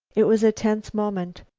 it was a tense moment.